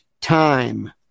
time